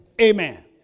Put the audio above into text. Amen